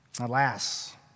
Alas